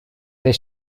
they